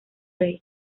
rey